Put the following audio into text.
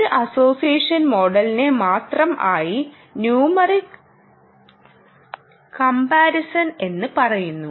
ഒരു അസോസിയേഷൻ മോഡലിനെ മാത്രം ആയി ന്യൂമറിക്ക് കമ്മ്പാരിസൺ എന്ന് പറയുന്നു